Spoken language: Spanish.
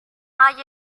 hay